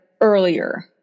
earlier